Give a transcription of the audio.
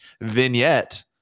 vignette